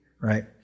right